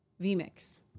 VMix